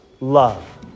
love